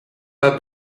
pas